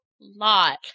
lot